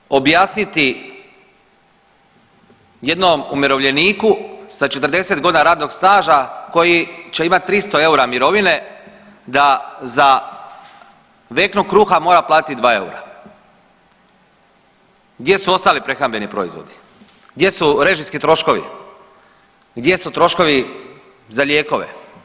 Kako ćete objasniti jednom umirovljeniku sa 40.g. radnog staža koji će imat 300 eura mirovine da za vekno kruha mora platit 2 eura, gdje su ostali prehrambeni proizvodi, gdje su režijski troškovi, gdje su troškovi za lijekove?